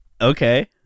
Okay